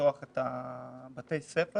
לפתוח את בתי הספר